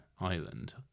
island